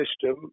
system